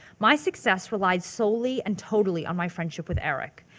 my success relied solely and totally on my friendship with eric.